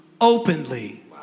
openly